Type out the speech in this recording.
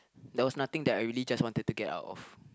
there was nothing that I really just wanted to get out of